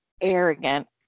arrogant